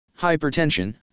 hypertension